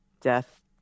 death